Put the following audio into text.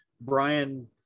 brian